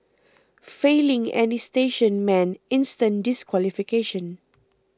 failing any station meant instant disqualification